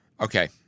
Okay